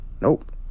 Nope